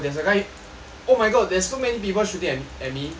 oh my god there's so many people shooting at me left